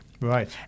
Right